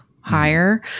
higher